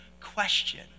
question